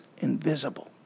invisible